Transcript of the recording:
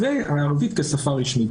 והערבית כשפה רשמית,